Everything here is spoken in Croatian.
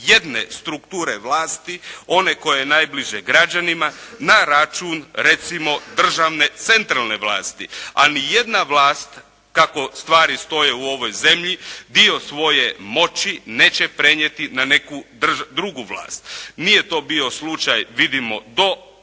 jedne strukture vlasti. One koja je najbliža građanima na račun recimo državne centralne vlasti. A nijedna vlast kako stvari stoje u ovoj zemlji dio svoje moći neće prenijeti na neku drugu vlast. Nije to bio slučaj vidimo do 3.